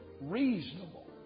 reasonable